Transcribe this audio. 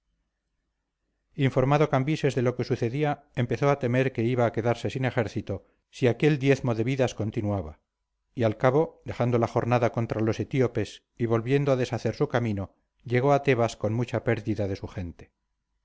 informado cambises de lo que sucedía empezó a temer que iba a quedarse sin ejército si aquel diezmo de vidas continuaba y al cabo dejando la jornada contra los etíopes y volviendo a deshacer su camino llegó a tebas con mucha pérdida de su gente